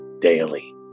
daily